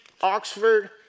Oxford